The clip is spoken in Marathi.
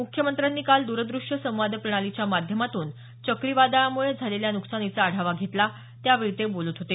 मुख्यमंत्र्यांनी काल दूरदृश्य संवाद प्रणालीच्या माध्यमातून चक्रीवादळामुळे झालेल्या नुकसानीचा आढावा घेतला त्यावेळी ते बोलत होते